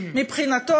מבחינתו,